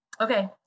Okay